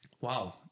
wow